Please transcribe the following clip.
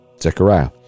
Zechariah